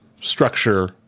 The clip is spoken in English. structure